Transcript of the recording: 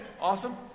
Awesome